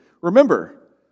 Remember